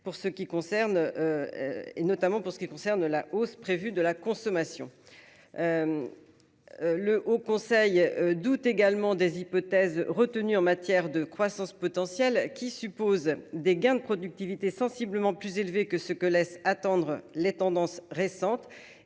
notamment pour ce qui concerne la hausse prévue de la consommation. Le Haut conseil doute également des hypothèses retenues en matière de croissance potentielle qui suppose des gains de productivité sensiblement plus élevé que ce que laissent attendre les tendances récentes